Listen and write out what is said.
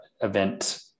event